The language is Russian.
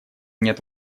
нет